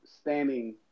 standing